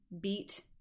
beat